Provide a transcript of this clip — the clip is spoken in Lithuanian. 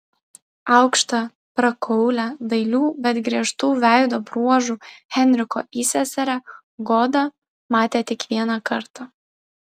aukštą prakaulią dailių bet griežtų veido bruožų henriko įseserę goda matė tik vieną kartą